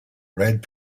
red